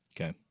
Okay